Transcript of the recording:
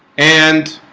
and